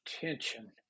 tension